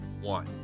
one